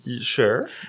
Sure